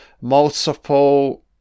multiple